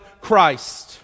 Christ